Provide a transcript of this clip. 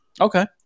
Okay